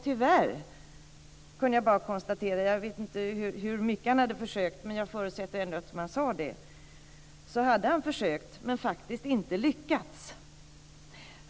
Tyvärr kunde jag bara konstatera - jag vet inte hur mycket han hade försökt men jag förutsätter att han hade försökt eftersom han sade det - att han hade försökt men faktiskt inte lyckats.